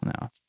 no